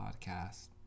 podcast